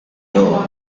door